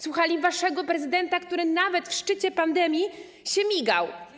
Słuchali waszego prezydenta, który nawet w szczycie pandemii się migał.